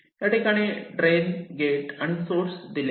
या ठिकाणी drain gate आणि सोर्स दिले आहेत